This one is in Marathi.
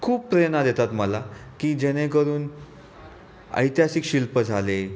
खूप प्रेरणा देतात मला की जेणेकरून ऐतिहासिक शिल्प झाले